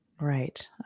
Right